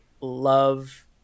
love